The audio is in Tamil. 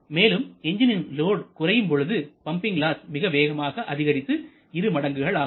மேலும் எஞ்ஜினின் லோட் குறையும் பொழுது பம்பிங் லாஸ் மிக வேகமாக அதிகரித்து இரு மடங்குகள் ஆகும்